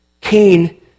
Cain